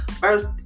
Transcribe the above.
first